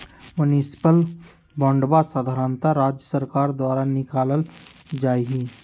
municipal बांडवा साधारणतः राज्य सर्कार द्वारा निकाल्ल जाहई